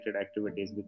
activities